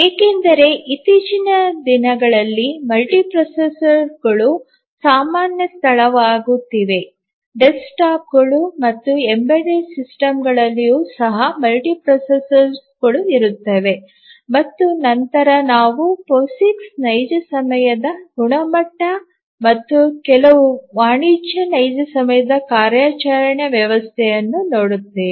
ಏಕೆಂದರೆ ಇತ್ತೀಚಿನ ದಿನಗಳಲ್ಲಿ ಮಲ್ಟಿಪ್ರೊಸೆಸರ್ಗಳು ಸಾಮಾನ್ಯ ಸ್ಥಳವಾಗುತ್ತಿವೆ ಡೆಸ್ಕ್ಟಾಪ್ಗಳು ಮತ್ತು ಎಂಬೆಡೆಡ್ ಸಾಧನಗಳಲ್ಲಿಯೂ ಸಹ ಮಲ್ಟಿಪ್ರೊಸೆಸರ್ಗಳು ಇರುತ್ತವೆ ಮತ್ತು ನಂತರ ನಾವು POSIX ಪೋಸಿಕ್ಸ್ ನೈಜ ಸಮಯದ ಗುಣಮಟ್ಟ ಮತ್ತು ಕೆಲವು ವಾಣಿಜ್ಯ ನೈಜ ಸಮಯದ ಕಾರ್ಯಾಚರಣಾ ವ್ಯವಸ್ಥೆಯನ್ನು ನೋಡುತ್ತೇವೆ